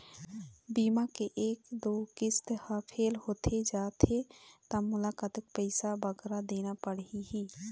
बीमा के एक दो किस्त हा फेल होथे जा थे ता मोला कतक पैसा बगरा देना पड़ही ही?